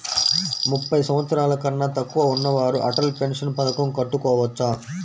ముప్పై సంవత్సరాలకన్నా తక్కువ ఉన్నవారు అటల్ పెన్షన్ పథకం కట్టుకోవచ్చా?